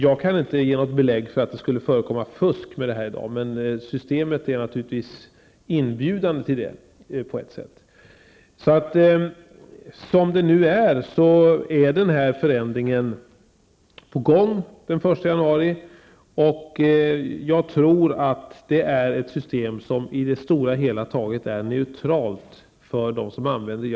Jag kan inte belägga att det förekommer fusk i dag. Men systemet inbjuder naturligtvis till det. Förändringen skall nu ske den 1 januari. Jag tror att det är ett system som i det stora hela är neutralt för dem som använder det.